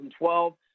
2012